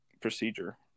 procedure